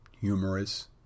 humorous